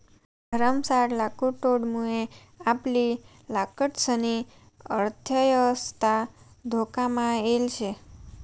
भरमसाठ लाकुडतोडमुये आपली लाकडंसनी अर्थयवस्था धोकामा येल शे